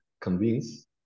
convince